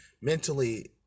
mentally